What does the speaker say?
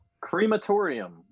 crematorium